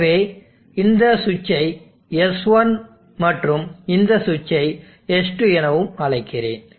எனவே இந்த சுவிட்சை S1 மற்றும் இந்த சுவிட்சை S2 எனவும் அழைக்கிறேன்